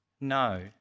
No